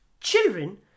Children